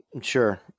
Sure